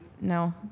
no